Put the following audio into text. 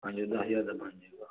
ਹਾਂਜੀ ਦਸ ਹਜ਼ਾਰ